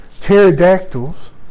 pterodactyls